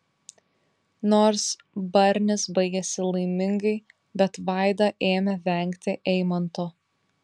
nors barnis baigėsi laimingai bet vaida ėmė vengti eimanto